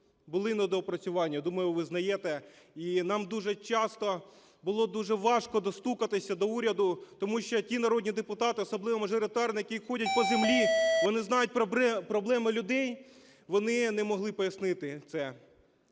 були недопрацювання, я думаю, визнаєте. І нам дуже часто було дуже важко достукатися до уряду, тому що ті народні депутати, особливо мажоритарники, які ходять по землі, вони знають проблеми людей, вони не могли пояснити це.